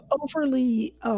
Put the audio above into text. overly